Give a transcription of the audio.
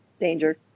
danger